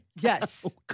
Yes